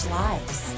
lives